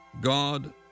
God